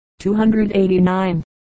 289